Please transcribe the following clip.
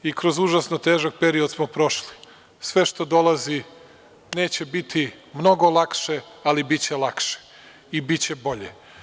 I kroz užasno težak period smo prošli, sve što dolazi neće biti mnogo lakše, ali biće lakše, i biće bolje.